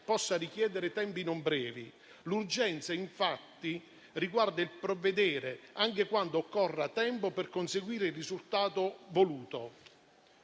possa richiedere tempi non brevi. L'urgenza, infatti, riguarda il provvedere, anche quando occorre tempo, per conseguire il risultato voluto.